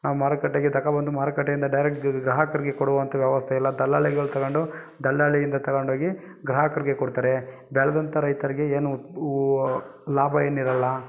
ನಾವು ಮಾರುಕಟ್ಟೆಗೆ ತಕೊಬಂದು ಮಾರುಕಟ್ಟೆಯಿಂದ ಡೈರೆಕ್ಟ್ ಗ್ರಾಹಕರಿಗೆ ಕೊಡುವಂಥ ವ್ಯವಸ್ಥೆ ಇಲ್ಲ ದಲ್ಲಾಳಿಗಳು ತಗೊಂಡು ದಲ್ಲಾಳಿಯಿಂದ ತಗಂಡು ಹೋಗಿ ಗ್ರಾಹಕರಿಗೆ ಕೊಡ್ತಾರೆ ಬೆಳ್ದಂಥ ರೈತರಿಗೆ ಏನೂ ಲಾಭ ಏನು ಇರಲ್ಲ